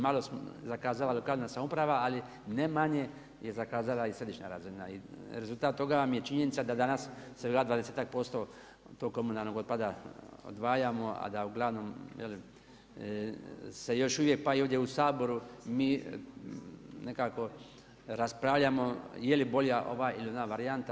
Malo je zakazala lokalna samouprava, ali ne manje je zakazala i središnja razina i rezultat toga vam je činjenica da danas svega 20-ak posto tog komunalnog otpada odvajamo, a da uglavnom se još uvijek pa i ovdje u Saboru mi nekako raspravljamo jeli bolje ova ili varijanta.